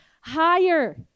higher